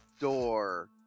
door